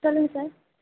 சொல்லுங்க சார்